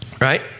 right